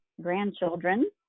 grandchildren